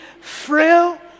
frail